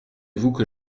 voulez